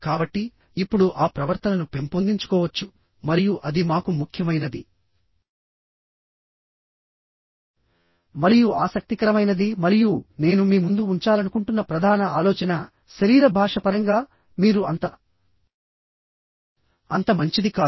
కాబట్టిఇప్పుడు ఆ ప్రవర్తనను పెంపొందించుకోవచ్చు మరియు అది మాకు ముఖ్యమైనది మరియు ఆసక్తికరమైనది మరియు నేను మీ ముందు ఉంచాలనుకుంటున్న ప్రధాన ఆలోచన శరీర భాష పరంగా మీరు అంత అంత మంచిది కాదు